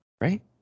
Right